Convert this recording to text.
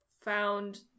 found